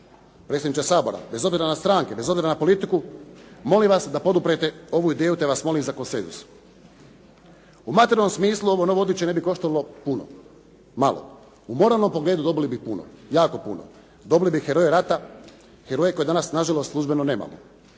predsjedniče Sabora, bez obzira na stranke, bez obzira na politiku, molim vas da poduprete ovu ideju te vas molim za konsenzus. U materijalnom smislu, ovo novo odličje ne bi koštalo puno. Malo. U moralnom pogledu, dobili bi puno. Jako puno. Dobili bi heroje rata, heroje koje danas na žalost službeno nemamo.